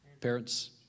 parents